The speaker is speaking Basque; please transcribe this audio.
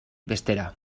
bestera